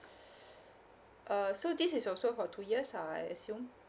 uh so this is also for two years ah I assume